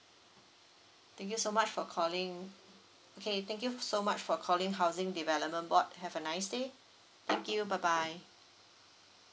thank you so much for calling okay thank you so much for calling housing development board have a nice day thank you bye bye